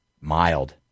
mild